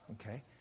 okay